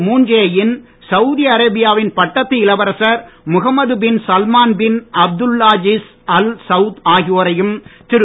Moon Jae in Saudi Arabia வின் பட்டத்து இளவரசர் Mohammed bin Salman bin Abdulaziz Al Saud ஆகியோரையும் திரு